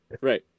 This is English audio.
Right